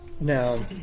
Now